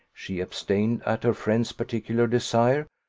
she abstained, at her friend's particular desire,